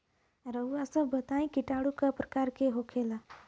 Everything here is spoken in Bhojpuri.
रउआ सभ बताई किटाणु क प्रकार के होखेला?